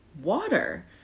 water